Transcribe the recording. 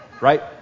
right